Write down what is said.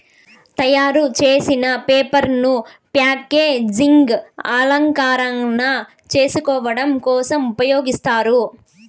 తయారు చేసిన పేపర్ ను ప్యాకేజింగ్, అలంకరణ, రాసుకోడం కోసం ఉపయోగిస్తారు